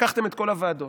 לקחתם את כל הוועדות.